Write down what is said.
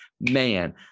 man